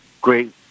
great